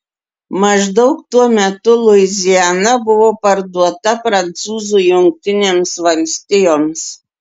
maždaug tuo metu luiziana buvo parduota prancūzų jungtinėms valstijoms